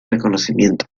reconocimiento